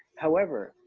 however,